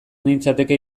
nintzateke